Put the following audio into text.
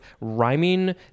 rhyming